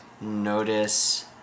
Notice